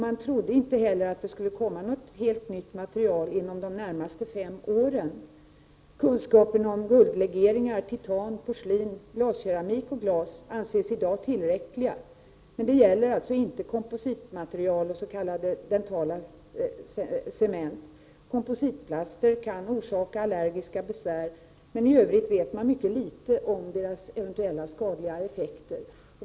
Man trodde inte heller att det skulle komma något helt nytt material inom de närmaste fem åren. Kunskaperna om guldlegeringar, titan, porslin, glaskeramik och glas anses i dag tillräckliga, men det gäller alltså inte kompositmaterial och s.k. dentala cement. Kompositplaster kan orsaka allergiska besvär, men i övrigt vet man mycket litet om deras eventuella skadliga effekter.